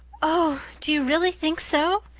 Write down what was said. oh, do you really think so?